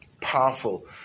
powerful